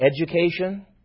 education